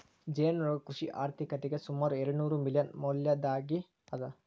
ಜೇನುನೊಣಗಳು ಕೃಷಿ ಆರ್ಥಿಕತೆಗೆ ಸುಮಾರು ಎರ್ಡುನೂರು ಮಿಲಿಯನ್ ಮೌಲ್ಯದ್ದಾಗಿ ಅದ